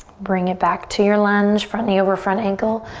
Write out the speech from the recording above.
bring it back to your lunge. front knee over front ankle.